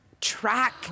track